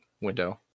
window